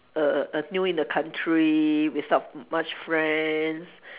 err err new in the country without much friends